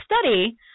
study